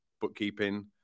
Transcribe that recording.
bookkeeping